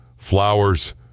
flowers